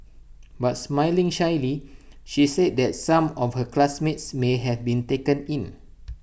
but smiling shyly she said that some of her classmates may have been taken in